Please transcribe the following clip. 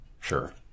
Sure